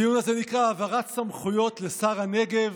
הדיון הזה נקרא העברת סמכויות לשר הנגב,